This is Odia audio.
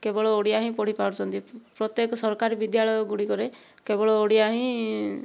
କେବଳ ଓଡ଼ିଆ ହିଁ ପଢ଼ିପାରୁଛନ୍ତି ପ୍ରତ୍ୟେକ ସରକାରୀ ବିଦ୍ୟାଳୟଗୁଡ଼ିକରେ କେବଳ ଓଡ଼ିଆ ହିଁ